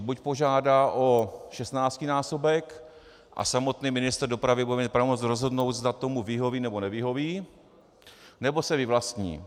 Buď požádá o šestnáctinásobek a samotný ministr dopravy bude mít pravomoc rozhodnout, zda tomu vyhoví, nebo nevyhoví, nebo se vyvlastní.